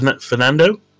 Fernando